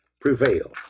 prevail